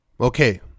Okay